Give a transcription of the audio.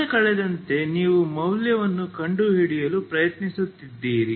ಸಮಯ ಕಳೆದಂತೆ ನೀವು ಮೌಲ್ಯವನ್ನು ಕಂಡುಹಿಡಿಯಲು ಪ್ರಯತ್ನಿಸುತ್ತಿದ್ದೀರಿ